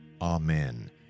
Amen